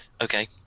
Okay